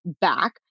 back